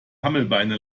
hammelbeine